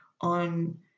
on